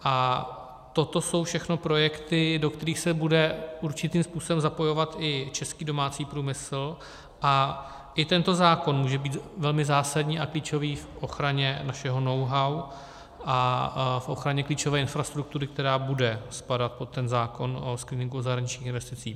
A toto jsou všechno projekty, do kterých se bude určitým způsobem zapojovat i český domácí průmysl, a i tento zákon může být velmi zásadní a klíčový v ochraně našeho knowhow a v ochraně klíčové infrastruktury, která bude spadat pod ten zákon o screeningu zahraničních investic.